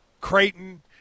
Creighton